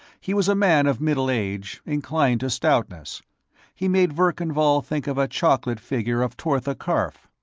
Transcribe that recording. he was a man of middle age, inclined to stoutness he made verkan vall think of a chocolate figure of tortha karf.